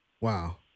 Wow